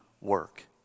work